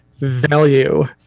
value